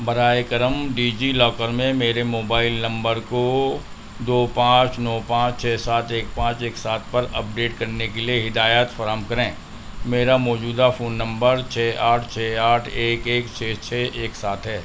براہ کرم DigiLocker میں میرے موبائل نمبر کو دو پانچ نو پانچ چھ سات ایک پانچ ایک سات پر اپ ڈیٹ کرنے کے لیے ہدایات فراہم کریں میرا موجودہ فون نمبر چھ آٹھ چھ آٹھ ایک ایک چھ چھ ایک سات ہے